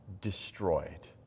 destroyed